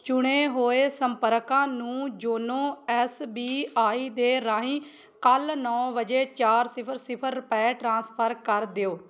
ਚੁਣੇ ਹੋਏ ਸੰਪਰਕਾਂ ਨੂੰ ਯੋਨੋ ਐਸ ਬੀ ਆਈ ਦੇ ਰਾਹੀਂ ਕੱਲ੍ਹ ਨੌਂ ਵਜੇ ਚਾਰ ਸਿਫਰ ਸਿਫਰ ਰੁਪਏ ਟ੍ਰਾਂਸਫਰ ਕਰ ਦਿਓ